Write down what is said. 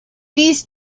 these